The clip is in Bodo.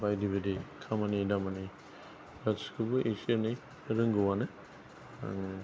बायदि बायदि खामानि दामानि गासैखौबो एसे एनै रोंगौआनो आं